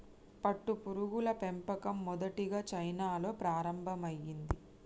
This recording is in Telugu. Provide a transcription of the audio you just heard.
పట్టుపురుగుల పెంపకం మొదటిగా చైనాలో ప్రారంభమైంది